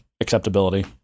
acceptability